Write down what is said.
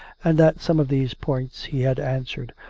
and that some of these points he had answered,